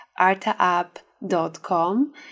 artaapp.com